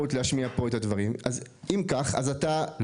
חושב שמדובר בהצגה אז אין